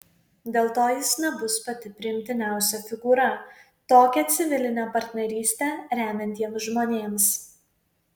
dėl to jis nebus pati priimtiniausia figūra tokią civilinę partnerystę remiantiems žmonėms